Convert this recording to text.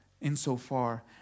insofar